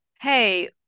Hey